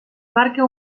marca